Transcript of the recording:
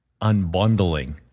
unbundling